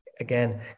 Again